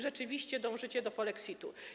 Rzeczywiście dążycie do polexitu.